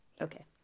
okay